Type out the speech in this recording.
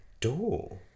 door